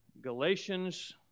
Galatians